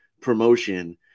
promotion